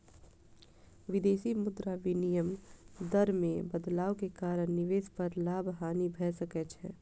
विदेशी मुद्रा विनिमय दर मे बदलाव के कारण निवेश पर लाभ, हानि भए सकै छै